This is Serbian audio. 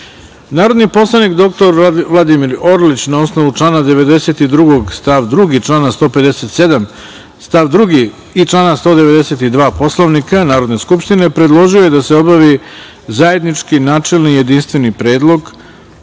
predlog. Narodni poslanik dr Vladimir Orlić na osnovu člana 92. stav 2, člana 157. stav 2. i člana 192. Poslovnika Narodne skupštine predložio je da se obavi zajednički, načelni, jedinstveni pretres